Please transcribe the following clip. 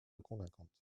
convaincante